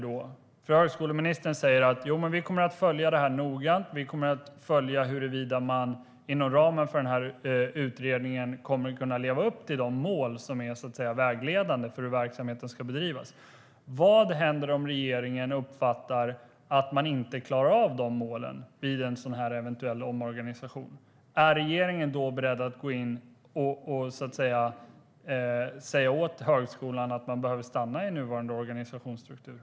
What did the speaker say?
Högskoleministern säger att regeringen kommer att följa frågan noggrant, följa huruvida man inom ramen för utredningen kommer att kunna leva upp till de mål som är vägledande för hur verksamheten ska bedrivas. Vad händer om regeringen uppfattar att man inte klarar av målen vid en eventuell omorganisation? Är regeringen då beredd att gå in och säga åt högskolan att den behöver ha kvar den nuvarande organisationsstrukturen?